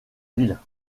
ville